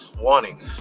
wanting